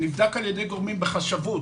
נבדק על ידי גורמים בחשבות,